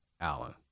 Allen